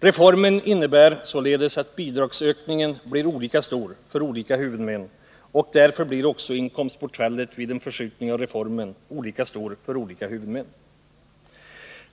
Reformen innebär således att bidragsökningen blir olika stor för olika huvudmän, och därför blir också inkomstbortfallet vid en förskjutning av reformen olika stor för olika huvudmän.